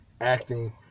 acting